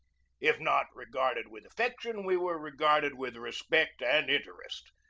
if not regarded with affection, we were regarded with respect and interest.